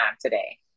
today